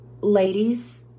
ladies